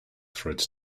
threads